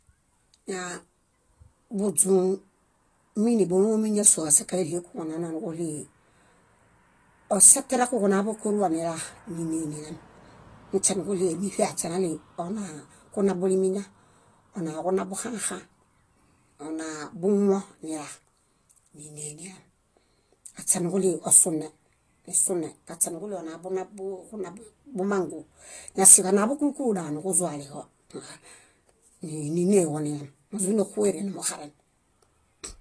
Ña buźũ mínibolomi ñásoo kuġunana ásakaeɭi oŝaterakuġunaḃo kóruwa nila níne nilem. Aśe naɭii onaaġunabulimiña, onaġunabuxãxã, onabumuõ nila, níne nilem. Aśenuġuɭii osune, nisune, kaśeniġuɭii onabunab ġunab bumangu, na siġanaḃo kúlu kúlu dal nuġuzualiġo wa, níneġo nilem. Mózuninoxuere numuxaren.